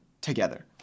together